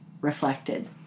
reflected